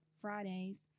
Fridays